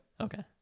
Okay